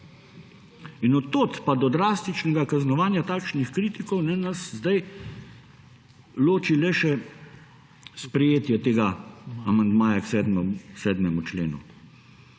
In od tod pa do drastičnega kaznovanja takšnih kritikov nas zdaj loči le še sprejetje tega amandmaja k 7. členu.